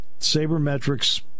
Sabermetrics